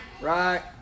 Right